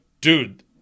Dude